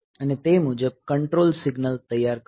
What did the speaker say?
અને તે મુજબ કંટ્રોલ સિગ્નલ તૈયાર કરશે